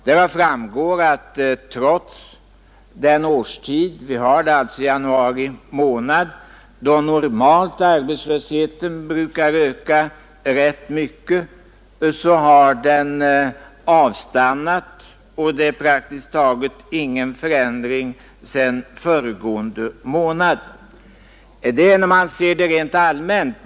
Därav framgår att trots den årstid vi nu har, alltså januari månad då arbetslösheten normalt brukar öka rätt mycket, så har den avstannat, och det är praktiskt taget ingen förändring sedan föregående månad. Detta gäller när man ser det rent allmänt.